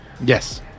Yes